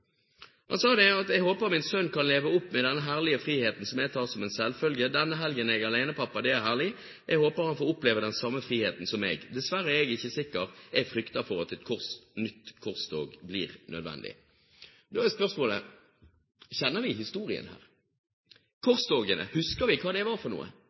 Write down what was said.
håper at min sønn kan leve opp med den samme friheten som jeg tar som en selvfølge. Denne helgen er jeg alenepappa, det er herlig. Men jeg håper at han får oppleve den samme friheten som meg. Dessverre er jeg ikke sikker. Jeg frykter for at et nytt korstog blir nødvendig.» Da er spørsmålet: Kjenner vi historien her? Korstogene – husker vi hva det var for noe?